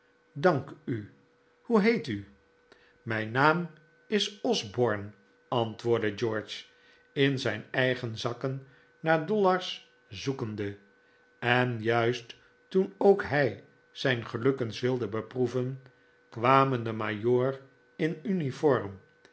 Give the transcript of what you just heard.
dank u hoe heet u mijn naam is osborne antwoordde george in zijn eigen zakken naar dollars zoekende en juist toen ook hij zijn geluk eens wilde beproeven kwamen de majoor in